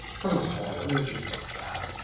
because it was horrible. i mean, it just looked bad.